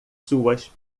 suas